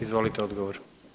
Izvolite odgovor.